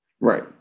Right